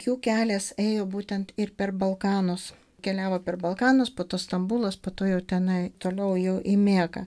jų kelias ėjo būtent ir per balkanus keliavo per balkanus po to stambulas po to jau tenai toliau jau į meką